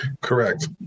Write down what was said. Correct